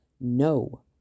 no